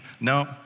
No